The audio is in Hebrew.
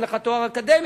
אין לך תואר אקדמי,